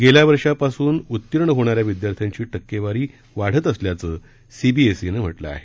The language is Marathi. गेल्या वर्षापासून उत्तीर्ण होणार्या विद्यार्थ्यांची टक्केवारी वाढत असल्याचं सीबीएसईनं म्हटलं आहे